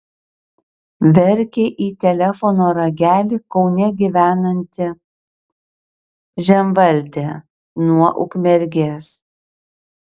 verkė į telefono ragelį kaune gyvenanti žemvaldė nuo ukmergės